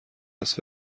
است